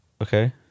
Okay